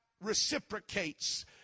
reciprocates